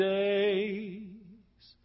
days